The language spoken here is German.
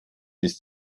ist